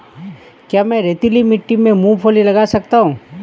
क्या मैं रेतीली मिट्टी में मूँगफली लगा सकता हूँ?